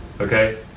Okay